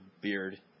beard